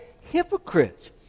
hypocrites